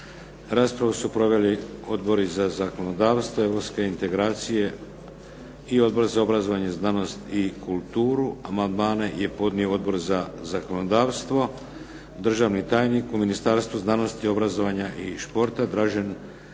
Raspravu su proveli Odbori za zakonodavstvo, europske integracije i Odbor za obrazovanje, znanost i kulturu. Amandmane je podnio Odbor za zakonodavstvo. Državni tajnik u Ministarstvu znanosti, obrazovanja i športa Dražen Vikić